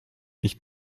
nicht